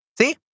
See